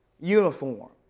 Uniform